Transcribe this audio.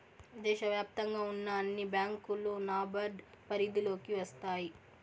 దేశ వ్యాప్తంగా ఉన్న అన్ని బ్యాంకులు నాబార్డ్ పరిధిలోకి వస్తాయి